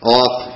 off